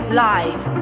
live